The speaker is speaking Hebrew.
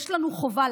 יש לנו חובה,